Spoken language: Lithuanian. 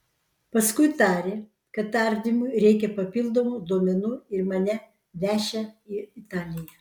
paskui tarė kad tardymui reikią papildomų duomenų ir mane vešią į italiją